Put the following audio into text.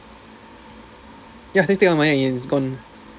ya just take all the money and it's gone